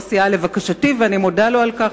יושב-ראש הסיעה, לבקשתי, ואני מודה לו על כך,